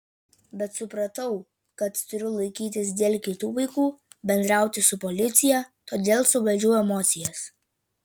bet supratau kad turiu laikytis dėl kitų vaikų bendrauti su policija todėl suvaldžiau emocijas